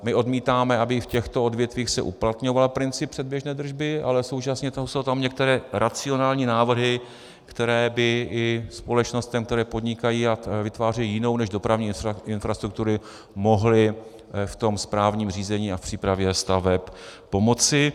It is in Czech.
My odmítáme, aby v těchto odvětvích se uplatňoval princip předběžné držby, ale současně jsou tam některé racionální návrhy, které by i společnostem, které podnikají a vytvářejí jinou než dopravní infrastruktury, mohly v tom správním řízení a v přípravě staveb pomoci.